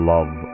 Love